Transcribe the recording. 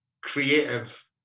creative